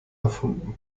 erfunden